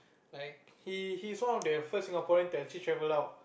like he he's one the first Singaporean to actually travel out